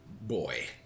boy